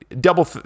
double